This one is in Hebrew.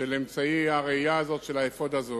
של אמצעי הראייה הזה של האפוד הזוהר,